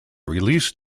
release